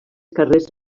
carrers